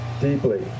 deeply